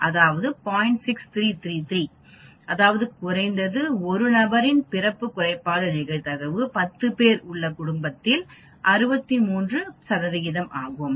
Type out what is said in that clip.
633 அதாவது குறைந்தது ஒரு நபரின் பிறப்பு குறைபாடு நிகழ்தகவு 10 பேரின் குடும்பத்தில் 63 ஆகும்